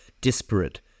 disparate